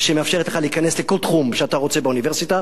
שמאפשרת לך להיכנס לכל תחום שאתה רוצה באוניברסיטה,